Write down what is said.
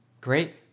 great